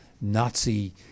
nazi